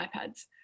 ipads